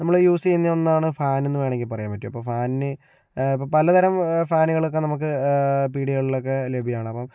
നമ്മള് യൂസ് ചെയ്യുന്ന ഒന്നാണ് ഫാനെന്ന് വേണമെങ്കിൽ പറയാൻ പറ്റും അപ്പോൾ ഫാനിന് ഇപ്പോൾ പലതരം ഫാനുകളൊക്കെ നമുക്ക് പീടികകളിലൊക്കെ ലഭ്യമാണ് അപ്പോൾ